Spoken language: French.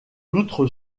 outre